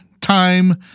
time